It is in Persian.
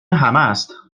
همست